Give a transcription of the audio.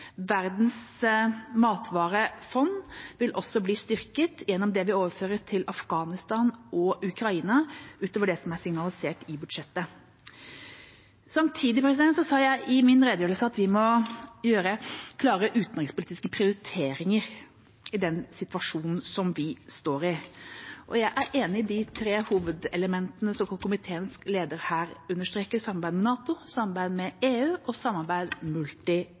Verdens matvarefond vil også bli styrket gjennom det vi overfører til Afghanistan og Ukraina utover det som er signalisert i budsjettet. Samtidig sa jeg i min redegjørelse at vi må gjøre klare utenrikspolitiske prioriteringer i den situasjonen som vi står i. Jeg er enig i de tre hovedelementene som komiteens leder her understreker: samarbeid med NATO, samarbeid med EU og samarbeid